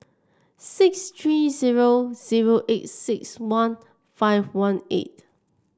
six three zero zero eight six one five one eight